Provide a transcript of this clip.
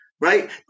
Right